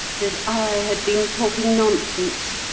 that i had been talking nonsense,